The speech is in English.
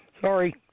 sorry